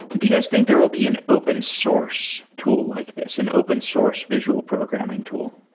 do you guys think there will be an open source tool like this, an open source visual programming tool?